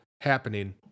happening